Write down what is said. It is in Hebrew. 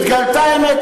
התגלתה האמת.